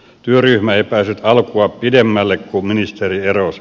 työryhmä ei päässyt alkua pidemmälle kun ministeri erosi